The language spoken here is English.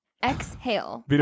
Exhale